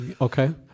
okay